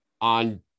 on